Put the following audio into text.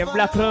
Black